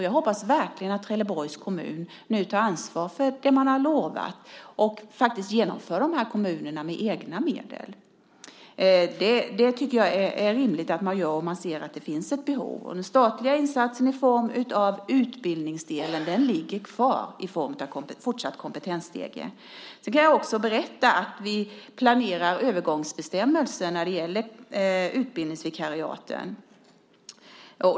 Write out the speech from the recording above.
Jag hoppas verkligen att Trelleborgs kommun nu tar ansvar för det man har lovat och faktiskt genomför de här åtgärderna med egna medel. Det tycker jag är rimligt att man gör om man ser att det finns ett behov. Den statliga insatsen vad gäller utbildningsdelen ligger även i fortsättningen kvar i form av Kompetensstegen. Jag kan också berätta att vi planerar övergångsbestämmelser när det gäller utbildningsvikariaten.